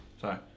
Sorry